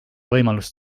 võimalust